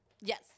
Yes